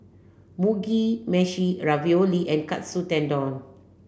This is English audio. Mugi Meshi Ravioli and Katsu Tendon